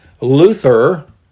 Luther